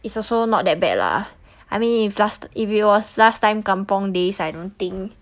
it's also not that bad lah I mean if just if it was last time kampung days I don't think